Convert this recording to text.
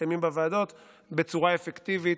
המתקיימים בוועדות בצורה אפקטיבית,